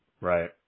Right